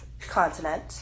continent